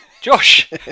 Josh